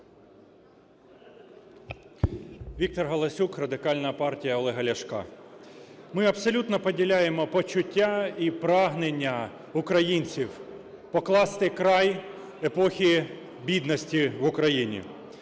Віктор Галасюк, Радикальна партія Олега Ляшка. Ми абсолютно поділяємо почуття і прагнення українців покласти край епосі бідності в Україні.